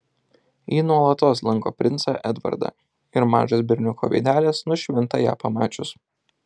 ji nuolatos lanko princą edvardą ir mažas berniuko veidelis nušvinta ją pamačius